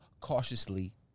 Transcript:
cautiously